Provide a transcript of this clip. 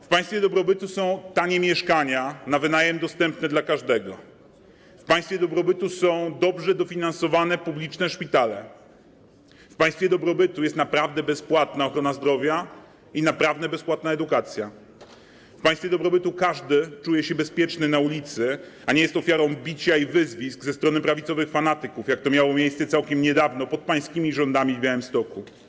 W państwie dobrobytu są tanie mieszkania na wynajem dostępne dla każdego, w państwie dobrobytu są dobrze dofinansowane publiczne szpitale, w państwie dobrobytu jest naprawdę bezpłatna ochrona zdrowia i naprawdę bezpłatna edukacja, w państwie dobrobytu każdy czuje się bezpieczny na ulicy, a nie jest ofiarą bicia i wyzwisk ze strony prawicowych fanatyków, jak to miało miejsce całkiem niedawno, pod pańskimi rządami, w Białymstoku.